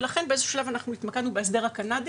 ולכן באיזשהו שלב אנחנו התמקדנו בהסדר הקנדי